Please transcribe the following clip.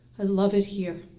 i love it here.